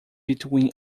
between